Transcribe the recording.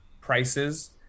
prices